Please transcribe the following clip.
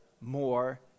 more